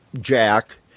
jack